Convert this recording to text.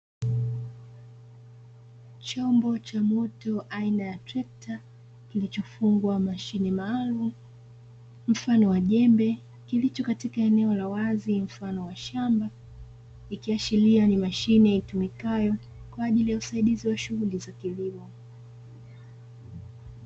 Chombo cha moto aina ya trekta kilichofungwa mashine maalum mfano wa jembe kilicho katika eneo la wazi mfano wa shamba, ikiashiria ni mashine itumikayo kwa ajili ya usaidizi wa shughuli za kilimo.